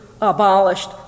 abolished